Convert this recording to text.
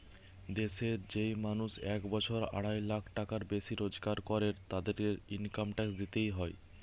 দেশের যেই মানুষ এক বছরে আড়াই লাখ টাকার বেশি রোজগার করের, তাদেরকে ইনকাম ট্যাক্স দিইতে হয়